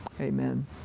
Amen